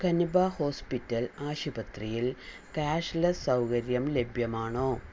കന്ബ hospital ആശുപത്രിയിൽ cashless സൗകര്യം ലഭ്യമാണോ